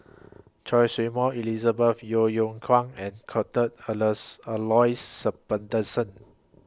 Choy Su Moi Elizabeth Yeo Yeow Kwang and Cuthbert Alus Aloysius Shepherdson